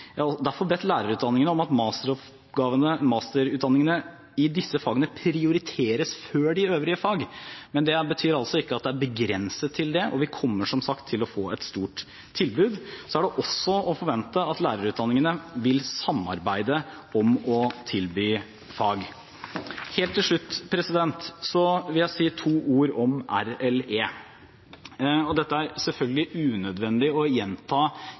Jeg har derfor bedt lærerutdanningene om at masterutdanningene i disse fagene prioriteres før de øvrige fag, men det betyr altså ikke at det er begrenset til det, og vi kommer som sagt til å få et stort tilbud. Så er det også å forvente at lærerutdanningene vil samarbeide om å tilby fag. Helt til slutt vil jeg si to ord om RLE. Dette er selvfølgelig unødvendig å gjenta